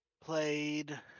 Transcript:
played